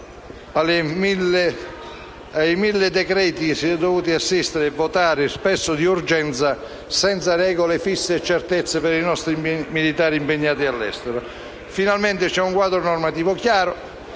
e che si è dovuto votare, spesso con urgenza, senza regole fisse e certezze per i nostri militari impegnati all'estero. Finalmente si pone un quadro normativo chiaro,